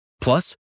Plus